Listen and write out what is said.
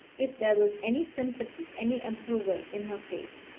if there was any sympathy, any approval in her face.